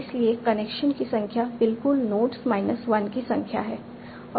इसलिए कनेक्शन की संख्या बिल्कुल नोड्स माइनस 1 की संख्या है